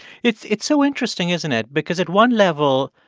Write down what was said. it's it's so interesting, isn't it? because at one level,